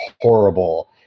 horrible